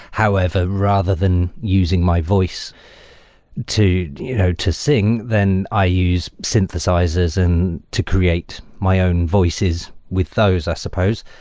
however, rather than using my voice to you know to sing, then i use synthesizers and to create my own voices with those i suppose.